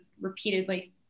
repeatedly